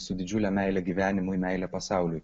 su didžiule meile gyvenimui ir meile pasauliui